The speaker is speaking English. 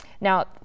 Now